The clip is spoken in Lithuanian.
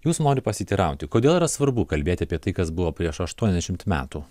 jūs noriu pasiteirauti kodėl yra svarbu kalbėti apie tai kas buvo prieš aštuoniasdešimt metų